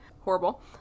horrible